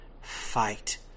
fight